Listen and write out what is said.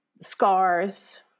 scars